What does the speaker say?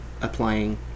applying